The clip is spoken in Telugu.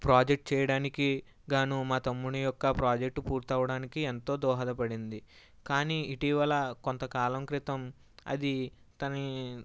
ప్రాజెక్ట్ చేయడానికి గాను మా తమ్ముని యొక్క ప్రాజెక్ట్ పూర్తవ్వడానికి ఎంతో దోహదపడింది కానీ ఇటీవల కొంత కాలం క్రితం అది దాని